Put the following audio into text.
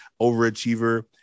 overachiever